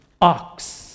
ox